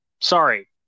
sorry